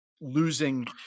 losing